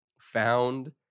found